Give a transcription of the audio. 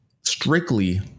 strictly